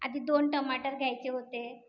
आधी दोन टमाटर घ्यायचे होते